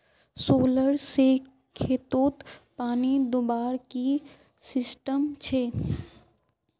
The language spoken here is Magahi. सोलर से खेतोत पानी दुबार की सिस्टम छे?